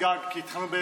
זה הסכמים לפני שבוע,